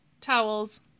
towels